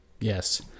Yes